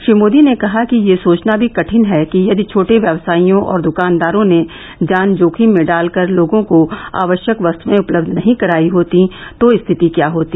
श्री मोदी ने कहा कि यह सोचना भी कठिन है कि यदि छोटे व्यवसायियों और दुकानदारों ने जान जोखिम में डाल कर लोगों को आवश्यक वस्तुए उपलब्ध नहीं करायी होती तो स्थिति क्या होती